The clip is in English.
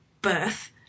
birth